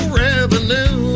revenue